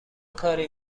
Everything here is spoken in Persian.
کاری